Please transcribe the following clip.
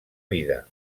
vida